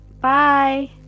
Bye